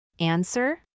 Answer